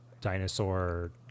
dinosaur